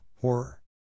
Horror